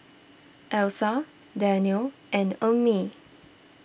Alyssa Daniel and Ummi